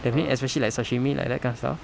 I mean especially like sashimi like that kind of stuff